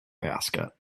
basket